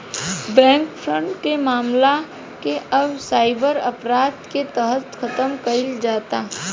bank fraud के मामला के अब साइबर अपराध के तहत खतम कईल जाता